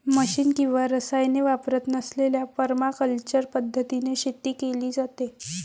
machine किंवा रसायने वापरत नसलेल्या परमाकल्चर पद्धतीने शेती केली जाते